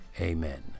amen